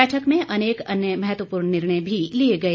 बैठक में अनेक अन्य महत्वपूर्ण निर्णय भी लिए गए